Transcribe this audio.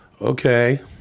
Okay